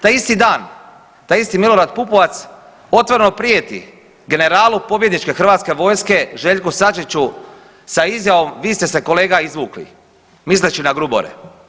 Taj isti dan taj isti Milorad Pupovac otvoreno prijeti generalu pobjedničke hrvatske vojske Željku Sačiću sa izjavom vi ste se kolega izvukli, misleći na Grubore.